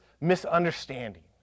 misunderstanding